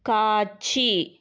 காட்சி